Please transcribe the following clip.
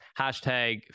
hashtag